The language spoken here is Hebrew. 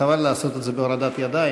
חבל לעשות את זה בהורדת ידיים.